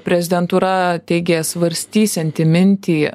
prezidentūra teigė svarstysianti mintį